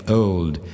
old